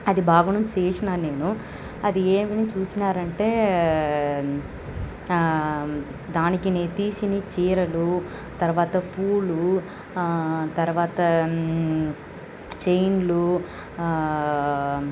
అది బాగానే చేసినా నేను అది ఏమిని చూసినారంటే దానికి నేను తీసిన చీరలు తర్వాత పూలు తర్వాత చైన్లు